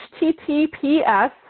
HTTPS